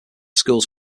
schools